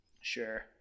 Sure